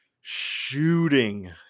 shooting